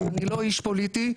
אני לא איש פוליטי,